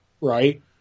Right